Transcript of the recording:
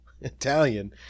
Italian